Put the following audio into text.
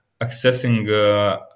accessing